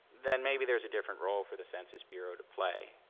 then maybe there's a different role for the census bureau to play.